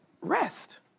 Rest